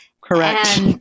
Correct